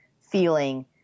feeling